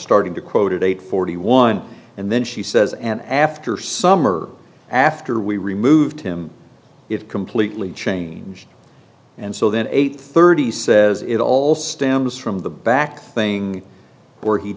starting to quoted eight forty one and then she says and after summer after we removed him it completely changed and so then eight thirty says it all stems from the back thing where he